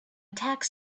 tax